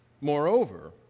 Moreover